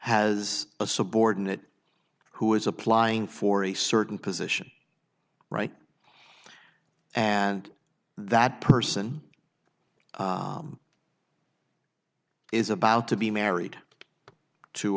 has a subordinate who is applying for a certain position right and that person is about to be married to